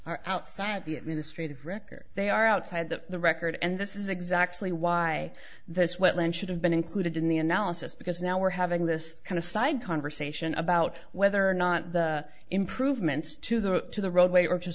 are outside the administrative record they are outside the record and this is exactly why those wetlands should have been included in the analysis because now we're having this kind of side conversation about whether or not the improvements to the to the roadway